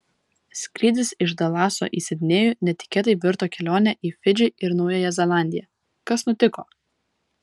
skrydis iš dalaso į sidnėjų netikėtai virto kelione į fidžį ir naująją zelandiją kas nutiko